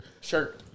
Shirt